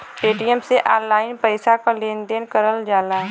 Paytm से online पइसा क लेन देन करल जाला